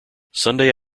sunday